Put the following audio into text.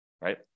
right